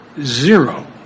zero